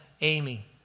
Amy